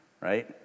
right